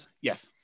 Yes